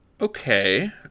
Okay